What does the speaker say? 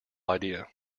idea